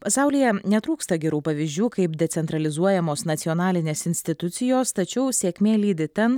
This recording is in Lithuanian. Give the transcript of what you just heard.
pasaulyje netrūksta gerų pavyzdžių kaip decentralizuojamos nacionalinės institucijos tačiau sėkmė lydi ten